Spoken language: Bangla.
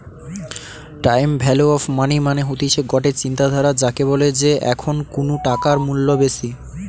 টাইম ভ্যালু অফ মানি মানে হতিছে গটে চিন্তাধারা যাকে বলে যে এখন কুনু টাকার মূল্য বেশি